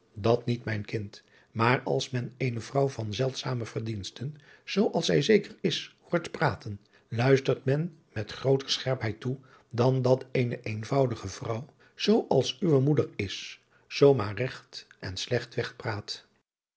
dat niet mijn kind maar als men eene vrouw van zeldzame verdiensten zoo als zij zeker is hoort praten luistert men met grooter scherpheid toe dan dat eene eenvoudige vrouw zoo als uwe moeder is zoo maar regt en flecht weg praat